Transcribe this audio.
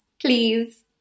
please